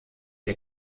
der